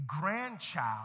grandchild